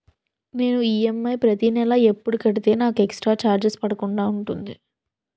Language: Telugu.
నేను ఈ.ఎమ్.ఐ ప్రతి నెల ఎపుడు కడితే నాకు ఎక్స్ స్త్ర చార్జెస్ పడకుండా ఉంటుంది?